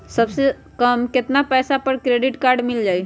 सबसे कम कतना पैसा पर क्रेडिट काड मिल जाई?